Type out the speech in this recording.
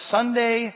Sunday